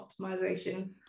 optimization